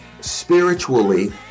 spiritually